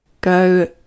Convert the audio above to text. go